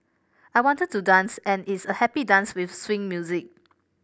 I wanted to dance and it's a happy dance with swing music